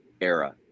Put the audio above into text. era